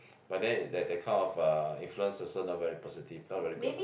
but then that that kind of influence also not very positive not very good lah